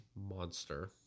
monster